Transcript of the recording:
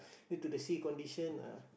due to the sea condition ah